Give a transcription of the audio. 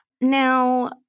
Now